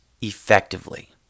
effectively